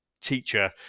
teacher